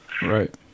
Right